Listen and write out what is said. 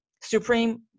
supreme